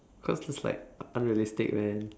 cause that's like unrealistic man